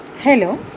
Hello